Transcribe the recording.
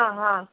ହଁ ହଁ